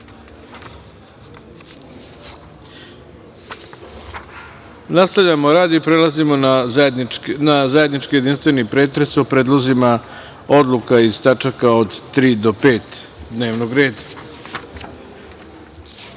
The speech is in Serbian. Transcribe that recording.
skupštine. Nastavljamo rad i prelazimo na zajednički jedinstveni pretres o predlozima odluka iz tačaka od 3. do 5. dnevnog reda. Molim